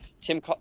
Tim